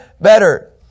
better